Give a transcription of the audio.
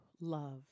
Love